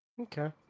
Okay